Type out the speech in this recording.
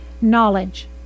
knowledge